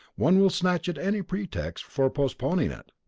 one will snatch at any pretext for postponing it.